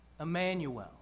Emmanuel